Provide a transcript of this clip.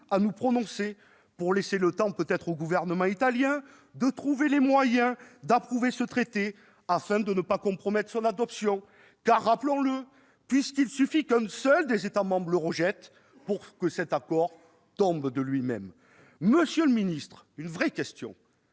à nous prononcer ? Pour laisser le temps au gouvernement italien de trouver les moyens d'approuver ce traité, afin de ne pas compromettre son adoption ? En effet, rappelons-le, il suffit qu'un seul des États membres le rejette pour que cet accord tombe de lui-même. Monsieur le secrétaire d'État, une vraie question